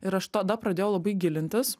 ir aš tada pradėjau labai gilintis